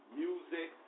music